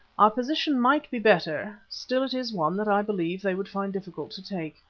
our position might be better, still it is one that i believe they would find difficult to take.